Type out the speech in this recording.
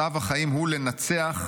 צו החיים הוא לנצח,